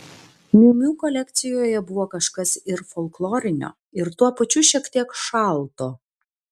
miu miu kolekcijoje buvo kažkas ir folklorinio ir tuo pačiu šiek tiek šalto